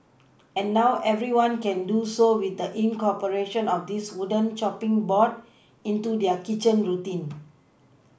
and now everyone can do so with the incorporation of this wooden chopPing board into their kitchen routine